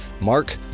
Mark